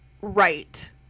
right